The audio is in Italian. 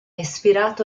ispirato